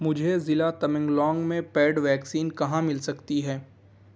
مجھے ضلع تمنگلونگ میں پیڈ ویکسین کہاں مل سکتی ہے